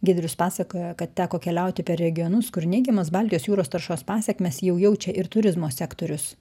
giedrius pasakoja kad teko keliauti per regionus kur neigiamas baltijos jūros taršos pasekmes jau jaučia ir turizmo sektorius